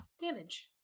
damage